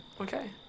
Okay